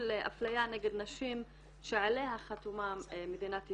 אפליה נגד נשים שעליה חתומה מדינת ישראל.